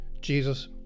Jesus